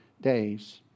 days